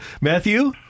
Matthew